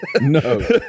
no